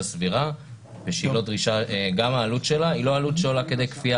סבירה ושגם העלות שלה היא לא עלות שעולה כדי כפייה,